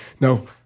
No